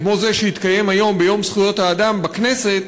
כמו זה שהתקיים היום ביום זכויות האדם בכנסת,